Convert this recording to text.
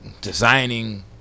designing